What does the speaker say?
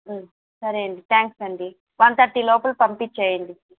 సరే అండీ థ్యాంక్స్ అండీ వన్ థర్టీ లోపల పంపించేయండి